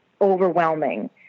overwhelming